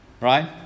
Right